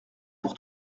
pour